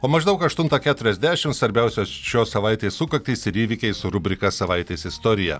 o maždaug aštuntą keturiasdešim svarbiausios šios savaitės sukaktys ir įvykiai su rubrika savaitės istorija